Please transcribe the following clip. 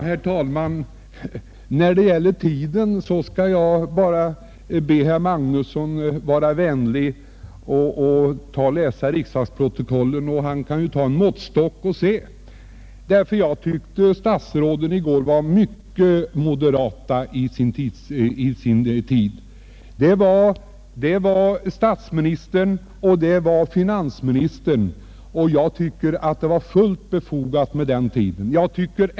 Herr talman! När det gäller tiden för sina anföranden vill jag bara be herr Magnusson i Borås vara vänlig läsa riksdagsprotokollen och se efter. Jag tyckte att statsråden var mycket moderata i går i fråga om tiden. Det var statsministern och finansministern som talade, och jag anser att det var fullt befogat med den tid de tog i anspråk.